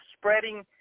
spreading